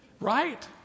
right